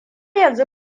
yanzu